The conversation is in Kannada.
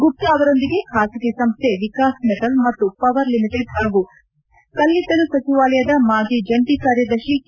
ಗುಪ್ತ ಅವರೊಂದಿಗೆ ಬಾಸಗಿ ಸಂಸ್ಥೆ ವಿಕಾಸ್ ಮೆಟಲ್ ಮತ್ತು ಪವರ್ ಲಿಮಿಟೆಡ್ ಹಾಗೂ ಕಲ್ಲಿದ್ದಲು ಸಚಿವಾಲಯದ ಮಾಜಿ ಜಂಟಿ ಕಾರ್ಯದರ್ಶಿ ಕೆ